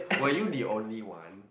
were you the only one